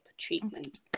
treatment